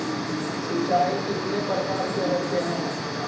सिंचाई कितने प्रकार के होते हैं?